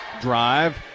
drive